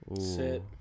Sit